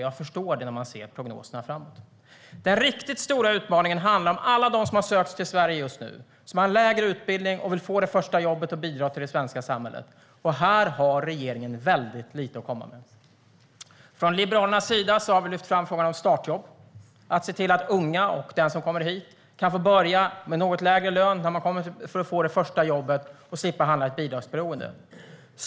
Jag förstår det när jag ser prognoserna framåt. Den riktigt stora utmaningen handlar om alla dem som har sökt sig till Sverige just nu, som har en lägre utbildning och som vill få det första jobbet och bidra till det svenska samhället. Här har regeringen väldigt lite att komma med. Från Liberalernas sida har vi lyft fram frågan om startjobb. Det handlar om att se till att unga och de som kommer hit kan få börja med en något lägre lön för att få det första jobbet och slippa hamna i ett bidragsberoende.